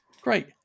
Great